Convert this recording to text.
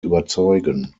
überzeugen